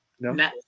No